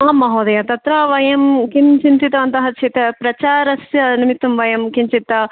आं महोदय तत्र वयं किं चिन्तितवन्तः चेत् प्रचारस्य निमित्तं वयं किञ्चित्